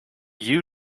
you